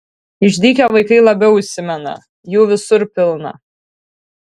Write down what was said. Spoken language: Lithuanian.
išdykę vaikai labiau įsimena jų visur pilna